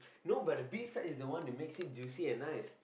no but the beef fat is the one that makes it juicy and nice